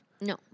No